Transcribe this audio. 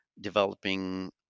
developing